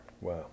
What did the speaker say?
Wow